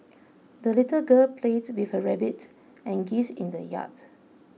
the little girl played with her rabbit and geese in the yard